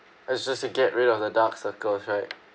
it's just to get rid of the dark circles right